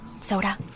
Soda